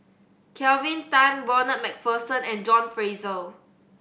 Kelvin Tan Ronald Macpherson and John Fraser